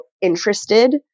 interested